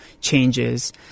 changes